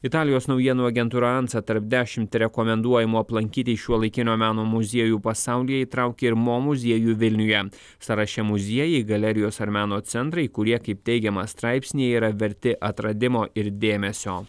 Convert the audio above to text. italijos naujienų agentūra ansa tarp dešimt rekomenduojamų aplankyti šiuolaikinio meno muziejų pasaulyje įtraukė ir mo muziejų vilniuje sąraše muziejai galerijos ar meno centrai kurie kaip teigiama straipsny yra verti atradimo ir dėmesio